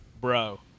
Bro